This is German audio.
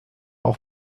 auch